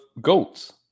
goats